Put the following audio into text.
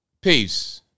peace